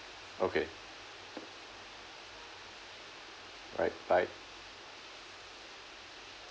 okay right bye